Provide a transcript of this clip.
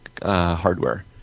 Hardware